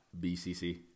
BCC